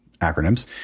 acronyms